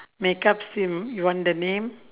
makeup you want the name